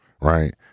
right